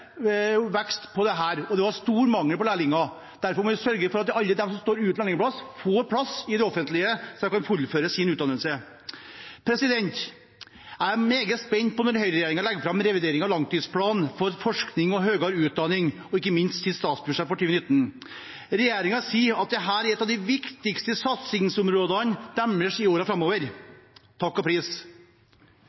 vekst, og det var stor mangel på lærlinger. Derfor må vi sørge for at alle de som står uten lærlingplass, får plass i det offentlige, slik at de kan fullføre sin utdannelse. Jeg er meget spent når høyreregjeringen legger fram revideringen av langtidsplanen for forskning og høyere utdanning og ikke minst på statsbudsjettet for 2019. Regjeringen sier at dette er et av de viktigste satsingsområdene deres i årene framover – takk og pris.